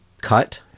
cut